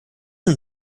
nun